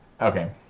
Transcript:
Okay